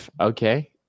Okay